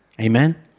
Amen